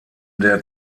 der